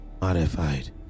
Modified